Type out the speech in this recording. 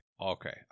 Okay